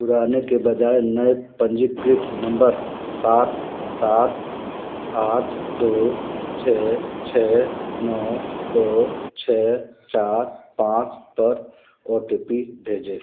पुराने के बजाय नए पंजीकृत नम्बर सात सात आठ दो छः छः नौ दो छः चार पाँच पर ओ टी पी भेजें